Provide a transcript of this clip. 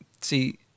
see